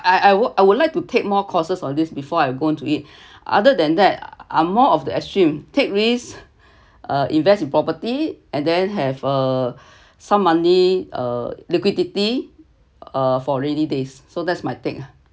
I I would I would like to take more courses on this before I go into it other than that I’m more of the extreme take risk uh invest in property and then have a some money uh liquidity uh for rainy days so that's my take ah